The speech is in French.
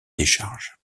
décharge